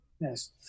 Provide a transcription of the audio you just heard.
Yes